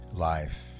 life